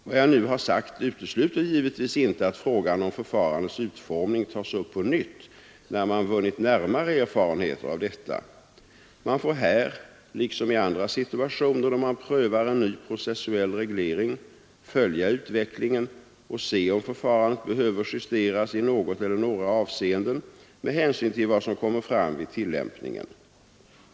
Vad jag nu har sagt utesluter givetvis inte att frågan om förfarandets utformning tas upp på nytt när man vunnit närmare erfarenheter av detta. Man får här, liksom i andra situationer då man prövar en ny processuell reglering, följa utvecklingen och se, om förfarandet behöver justeras i något eller några avseenden med hänsyn till vad som kommer fram vid tillämpningen.